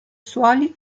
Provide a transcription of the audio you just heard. suoli